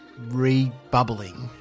rebubbling